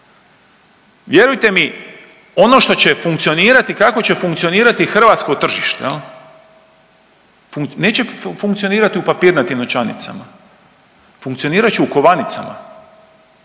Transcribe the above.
Vjerujte mi ono što će funkcionirati i kako će funkcionirati hrvatsko tržište neće funkcionirati u papirnatim novčanicama, funkcionirat će u kovanicama.